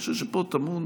אני חושב שפה טמון